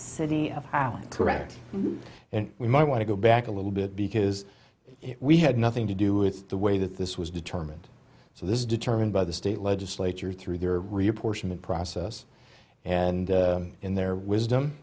city of highland correct and we might want to go back a little bit because if we had nothing to do with the way that this was determined so this is determined by the state legislature through their reapportionment process and in their wisdom